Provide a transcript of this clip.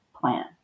plan